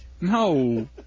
No